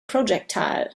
projectile